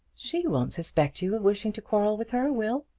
she won't suspect you of wishing to quarrel with her, will.